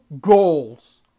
goals